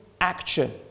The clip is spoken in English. action